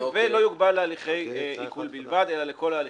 ולא יוגבל להליכי עיקול בלבד אלא לכל ההליכים.